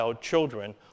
children